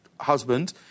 husband